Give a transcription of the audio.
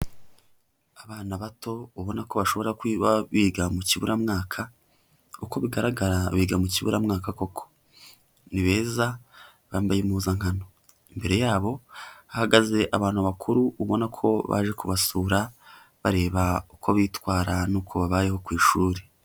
Abana bato ubonako bashobora kuba biga mu kiburamwaka, uko bigaragara biga mu kiburamwaka koko. Ni beza bambaye impuzankano imbere yabo hahagaze abantu bakuru ubona ko baje kubasura bareba uko bitwara nuko babayeho ku ishuri.